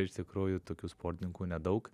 iš tikrųjų tokių sportininkų nedaug